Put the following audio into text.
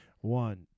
one